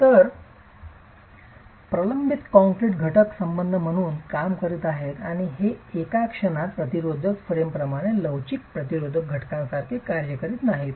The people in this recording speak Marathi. तर प्रबलित कंक्रीट घटक संबंध म्हणून काम करीत आहेत आणि ते एका क्षणात प्रतिरोधक फ्रेमप्रमाणेच लवचिक प्रतिरोधक घटकांसारखे कार्य करीत नाहीत